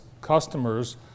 customers